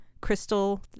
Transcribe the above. crystal